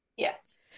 Yes